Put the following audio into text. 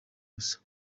gusa